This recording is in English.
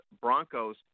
Broncos